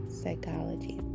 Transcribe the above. psychology